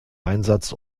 einsatz